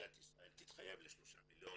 תתחייב לשלושה מיליון